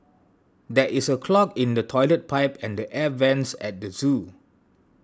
there is a clog in the Toilet Pipe and the Air Vents at the zoo